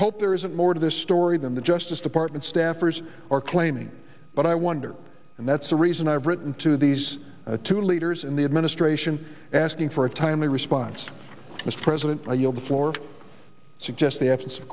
hope there isn't more to this story than the justice department staffers are claiming but i wonder and that's the reason i've written to these two leaders in the administration asking for a timely response mr president i yield the floor suggest the absence of